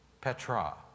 Petra